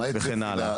וכן הלאה.